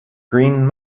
green